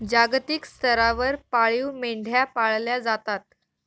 जागतिक स्तरावर पाळीव मेंढ्या पाळल्या जातात